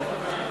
החינוך),